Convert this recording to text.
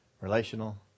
relational